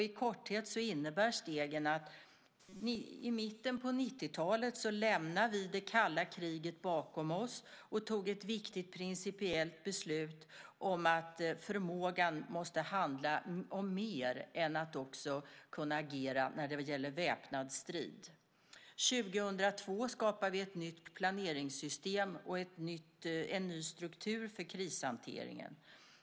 I korthet innebär stegen att vi i mitten på 90-talet lämnade det kalla kriget bakom oss och tog ett viktigt principiellt beslut om att förmågan måste handla om mer än att kunna agera när det gäller väpnad strid. År 2002 skapade vi ett nytt planeringssystem och en ny struktur för krishanteringen.